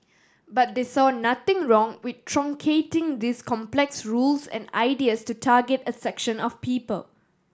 but they saw nothing wrong with truncating these complex rules and ideas to target a section of people